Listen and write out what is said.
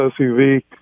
SUV